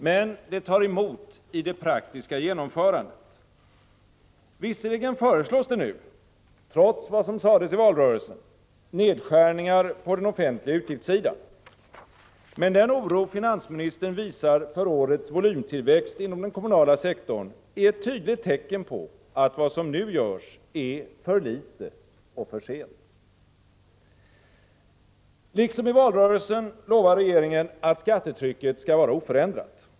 Men det tar emot i det praktiska genomförandet. Visserligen föreslås det nu— trots vad som sades under valrörelsen — nedskärningar på den offentliga utgiftssidan. Men den oro finansministern visar för årets volymtillväxt inom den kommunala sektorn är ett tydligt tecken på att vad som nu görs är för litet och kommer för sent. Liksom i valrörelsen lovar regeringen att skattetrycket skall hållas oförändrat.